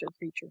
Creature